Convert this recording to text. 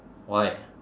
why